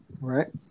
Right